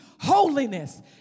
holiness